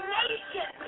nation